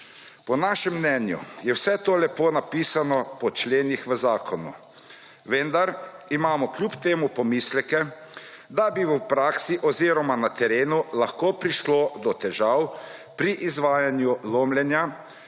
Po našem mnenju je vse to lepo napisano po členih v zakonu, vendar imamo kljub temu pomisleke, da bi v praksi oziroma na trenu lahko prišlo do težav pri izvajanju lomljenja,